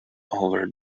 over